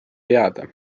teada